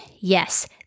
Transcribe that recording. Yes